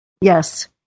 Yes